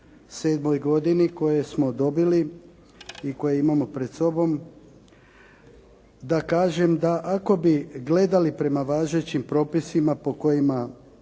2007. godini koje smo dobili i koje imamo pred sobom, da kažem da ako bi gledali prema važećim propisima po kojima